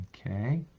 Okay